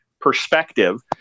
perspective